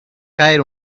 caer